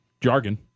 jargon